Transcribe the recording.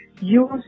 Use